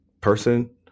person